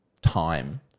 time